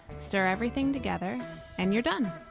stir everything together and your done.